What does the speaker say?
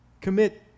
commit